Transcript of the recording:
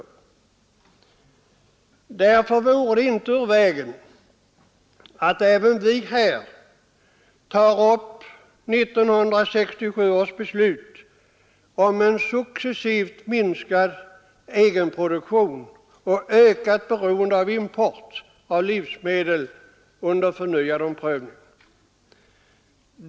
Mot denna bakgrund vore det inte ur vägen att även vi tog upp 1967 års beslut om en successivt minskad egenproduktion och ökat beroende av import av livsmedel till förnyad prövning.